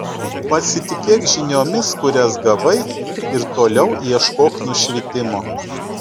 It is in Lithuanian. pasitikėk žiniomis kurias gavai ir toliau ieškok nušvitimo